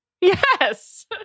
Yes